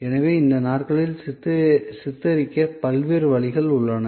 எனவே இந்த நாட்களில் சித்தரிக்க பல்வேறு வழிகள் உள்ளன